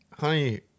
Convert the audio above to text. Honey